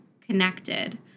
connected